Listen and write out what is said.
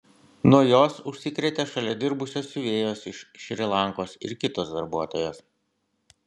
nuo jos užsikrėtė šalia dirbusios siuvėjos iš šri lankos ir kitos darbuotojos